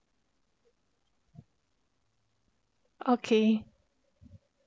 okay